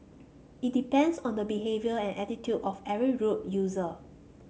it depends on the behaviour and attitude of every road user